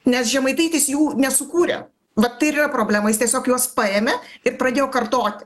nes žemaitaitis jų nesukūrė vat tai ir yra problema jis tiesiog juos paėmė ir pradėjo kartoti